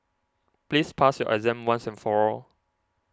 please pass your exam once and for all